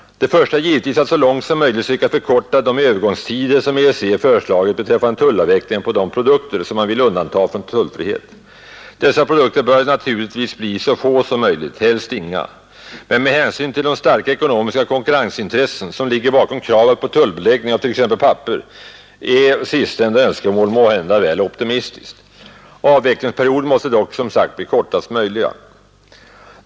Det första är givetvis att så mycket som möjligt söka förkorta de övergångstider som EEC föreslagit beträffande tullavvecklingen på de produkter, som man vill undanta från tullfrihet. Dessa produkter bör naturligtvis bli så få som möjligt, helst inga, men med hänsyn till de starka ekonomiska konkurrensintressen som ligger bakom kravet på tullbeläggning av t.ex. papper är sistnämnda önskemål måhända väl optimistiskt. Avvecklingsperioden måste dock som sagt bli kortaste möjliga.